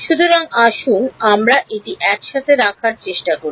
সুতরাং আসুন আমরা এটি একসাথে রাখার চেষ্টা করি